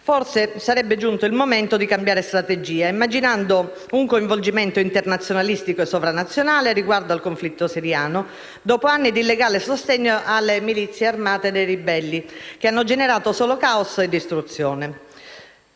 Forse sarebbe giunto il momento di cambiare strategia, immaginando un coinvolgimento internazionalistico e sovranazionale riguardo al conflitto siriano, dopo anni di illegale sostegno alle milizie armate dei ribelli che hanno generato solo *caos* e distruzione.